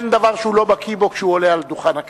אין דבר שהוא לא בקי בו כשהוא עולה על דוכן הכנסת.